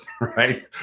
right